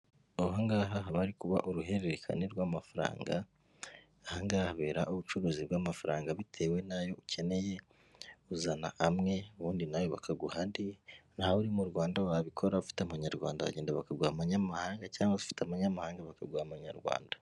Aho ngaha bari kuba uruhererekane rw'amafaranga angahabera ubucuruzi bw'amafaranga bitewe n'ayo ukeneye, uzana amwe ubundi na bakaguha andi nawe uri mu Rwanda wabikora; ufite abanyarwanda bagenda bakaguha amanyamahanga cyangwa afite amanyamahanga bakaguha amanyarwanda.